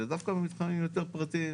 זה דווקא במתחמים יותר פרטיים.